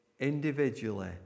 individually